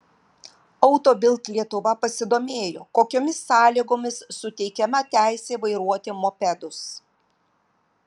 auto bild lietuva pasidomėjo kokiomis sąlygomis suteikiama teisė vairuoti mopedus